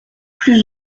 plus